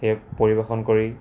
সেই পৰিৱেশন কৰি